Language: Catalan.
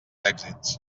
èxits